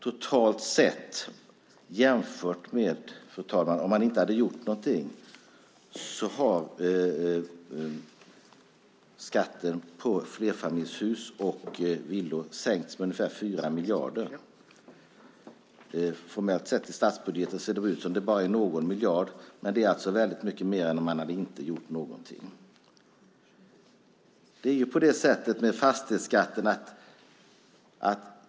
Totalt sett, fru talman, har skatten på flerfamiljshus och villor sänkts med ungefär 4 miljarder jämfört med om man inte hade gjort någonting. Formellt sett ser det i statsbudgeten ut som om det är fråga om någon miljard, men det är mycket mer än om inget hade gjorts.